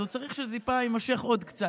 אז הוא צריך שזה טיפה יימשך עוד קצת.